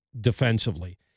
defensively